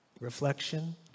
reflection